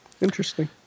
Interesting